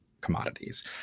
commodities